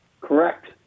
Correct